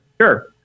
Sure